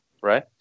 right